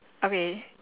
okay